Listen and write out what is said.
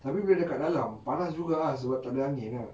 tapi bila kat dalam panas juga ah sebab takde angin ah